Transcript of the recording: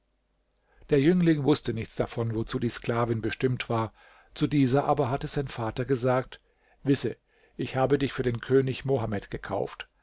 der jüngling wußte nichts davon wozu die sklavin bestimmt war zu dieser aber hatte sein vater gesagt wisse ich habe dich für den könig mohammed gekauft